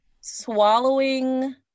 swallowing